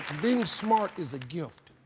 being smart is a gift,